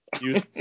Use